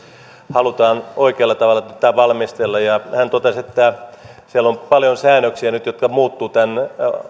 halutaan oikealla tavalla tämä valmistella hän totesi että siellä on paljon säännöksiä nyt jotka muuttuvat tämän